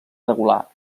regular